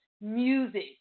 music